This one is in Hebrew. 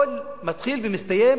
הכול מתחיל ומסתיים